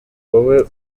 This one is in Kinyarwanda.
wowe